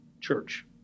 church